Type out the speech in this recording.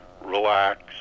relax